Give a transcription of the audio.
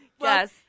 Yes